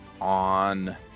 on